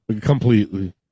Completely